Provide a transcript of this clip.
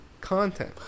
content